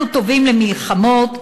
אנחנו טובים למלחמות,